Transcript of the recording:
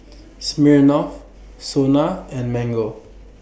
Smirnoff Sona and Mango